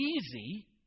easy